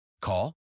Call